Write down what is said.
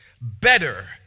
better